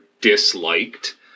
disliked